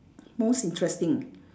most interesting